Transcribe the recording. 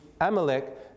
Amalek